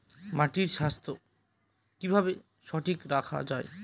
মাটির স্বাস্থ্য কিভাবে ঠিক রাখা যায়?